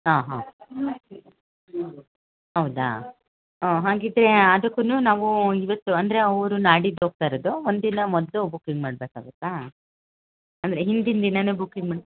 ಹಾಂ ಹಾಂ ಹೌದಾ ಹ್ಞೂ ಹಾಂಗಿದ್ರೆ ಅದಕ್ಕೂನು ನಾವು ಇವತ್ತು ಅಂದರೆ ಅವರು ನಾಡಿದ್ದು ಹೋಗ್ತಾ ಇರೋದು ಒಂದು ದಿನ ಮೊದಲು ಬುಕ್ಕಿಂಗ್ ಮಾಡಬೇಕಾಗುತ್ತಾ ಅಂದರೆ ಹಿಂದಿನ ದಿನಾನೇ ಬುಕ್ಕಿಂಗ್ ಮಾಡಿ